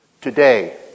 Today